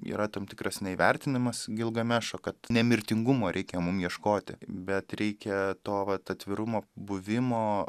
yra tam tikras neįvertinimas gilgamešo kad nemirtingumo reikia mum ieškoti bet reikia to vat atvirumo buvimo